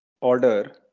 order